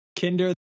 Kinder